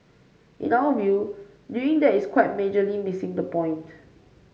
in our view doing that is quite majorly missing the point